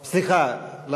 סליחה,